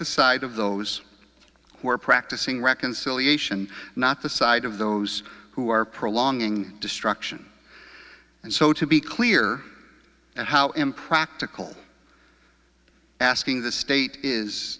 the side of those who are practicing reconciliation not the side of those who are prolonging destruction and so to be clear and how impractical asking this state is